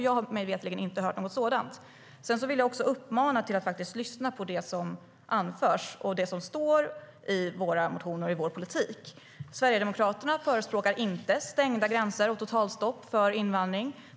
Jag har mig veterligen inte hört något sådant. Jag vill också uppmana till att lyssna på det som anförs och att läsa det som står i våra motioner och i vår politik. Sverigedemokraterna förespråkar inte stängda gränser och totalstopp för invandring.